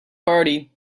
party